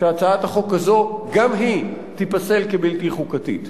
שהצעת החוק הזאת גם היא תיפסל כבלתי חוקתית.